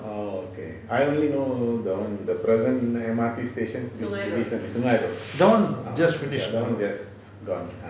that [one] just finish